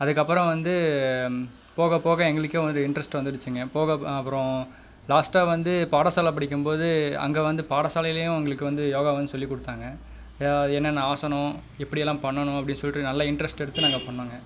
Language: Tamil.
அதுக்கப்புறம் வந்து போகப் போக எங்களுக்கே வந்து இன்ட்ரெஸ்ட்டு வந்துடுச்சிங்க போகப் அப்புறம் லாஸ்ட்டாக வந்து பாடச்சாலை படிக்கும்போது அங்கே வந்து பாடச்சாலையிலேயும் எங்களுக்கு வந்து யோகா வந்து சொல்லிக் கொடுத்தாங்க அது என்னென்ன ஆசனம் எப்படியெல்லாம் பண்ணணும் அப்படி சொல்லிட்டு நல்லா இன்ட்ரெஸ்ட் எடுத்து நாங்கள் பண்ணோங்க